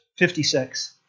56